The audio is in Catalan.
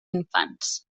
infants